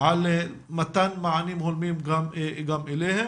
על מתן מענים הולמים גם אליהם.